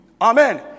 Amen